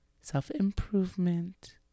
self-improvement